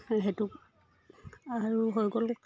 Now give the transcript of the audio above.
সেই সেইটো আৰু হৈ গ'ল